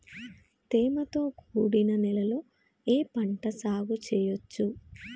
తేమతో కూడిన నేలలో ఏ పంట సాగు చేయచ్చు?